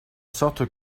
sorte